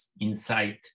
inside